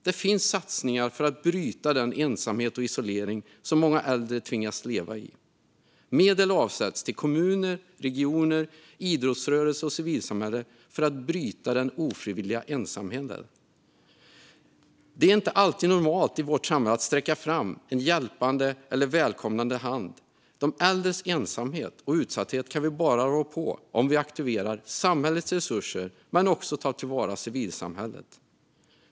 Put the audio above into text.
Det finns satsningar för att bryta den ensamhet och isolering som många äldre tvingas leva i. Medel avsätts till kommuner, regioner, idrottsrörelse och civilsamhälle för att bryta den ofrivilliga ensamheten. Det är inte alltid normalt i vårt samhälle att sträcka fram en hjälpande eller välkomnande hand. De äldres ensamhet och utsatthet kan vi bara rå på om vi aktiverar samhällets resurser men också tar till vara civilsamhället.